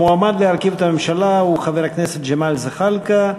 המועמד להרכיב את הממשלה הוא חבר הכנסת ג'מאל זחאלקה.